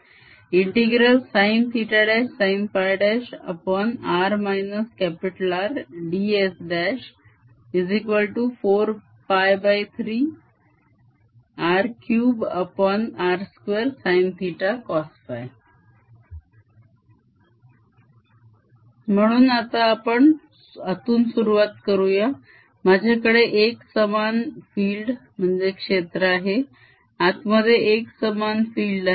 sinsinϕ।r R।ds4π3R3r2sinθcosϕ E P30x VrP30x म्हणून आता आपण आतून सुरुवात करूया माझ्याकडे एकसमान field क्षेत्र आहे आतमधे एकसमान field आहे